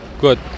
Good